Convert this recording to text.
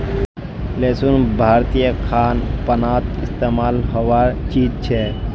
लहसुन भारतीय खान पानोत इस्तेमाल होबार चीज छे